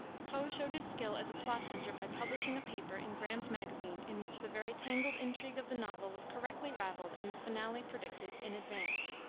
poe showed his skill as a plot hunter by publishing a paper in graham's magazine in which the very tangled intrigue of the novel was correctly raveled and the finale predicted in advance.